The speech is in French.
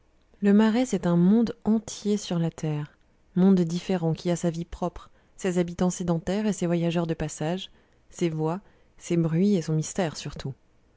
le marais c'est un monde entier sur la terre monde différent qui a sa vie propre ses habitants sédentaires et ses voyageurs de passage ses voix ses bruits et son mystère surtout